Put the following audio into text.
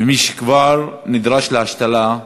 ומי שכבר נדרש להשתלה,